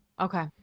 okay